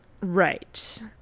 Right